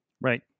Right